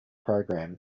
program